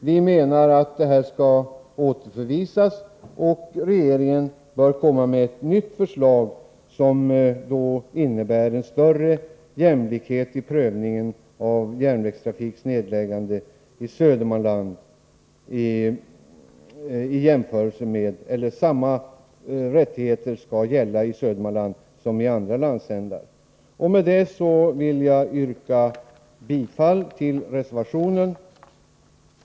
Vi menar att förslaget bör återförvisas och regeringen bör komma med ett nytt förslag, som innebär en större jämlikhet i prövningen av järnvägstrafiks nedläggande. Samma rättigheter skall gälla i Södermanland som i andra landsändar. Med detta yrkar jag bifall till reservationen.